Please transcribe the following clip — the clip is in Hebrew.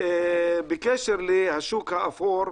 בקשר לשוק האפור.